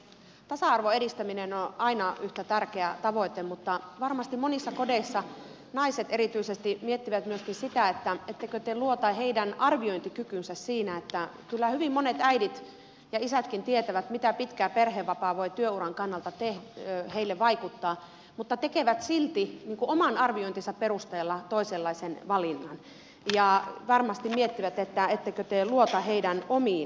tasa arvon edistäminen on aina yhtä tärkeä tavoite mutta varmasti monissa kodeissa naiset erityisesti miettivät myöskin sitä että ettekö te luota heidän arviointikykyynsä siinä että kyllä hyvin monet äidit ja isätkin tietävät mitä pitkä perhevapaa voi työuran kannalta heille vaikuttaa mutta tekevät silti oman arviointinsa perusteella toisenlaisen valinnan ja varmasti miettivät että ettekö te luota heidän omiin valintoihinsa